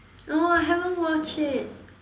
no I haven't watch it